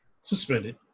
Suspended